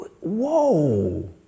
whoa